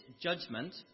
judgment